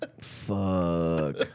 Fuck